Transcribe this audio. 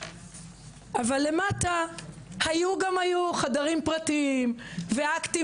אבל למטה היו גם היו חדרים פרטיים ואקטים